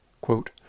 Quote